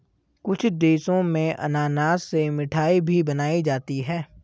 कुछ देशों में अनानास से मिठाई भी बनाई जाती है